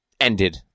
ended